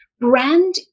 brand